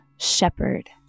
shepherd